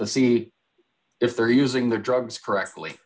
the see if they're using the drugs correctly